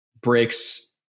breaks